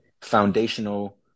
foundational